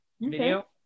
video